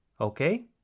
okay